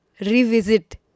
revisit